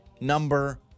number